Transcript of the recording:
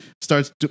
starts